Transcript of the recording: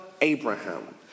Abraham